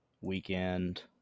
weekend